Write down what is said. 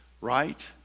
right